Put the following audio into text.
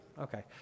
Okay